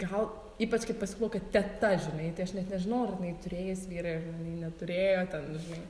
gal ypač kai pasakau kad teta žinai tai aš net nežinau ar jinai turėjęs vyrą ar jinai neturėjo ten